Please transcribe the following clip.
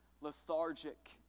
lethargic